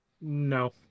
No